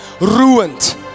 ruined